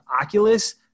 Oculus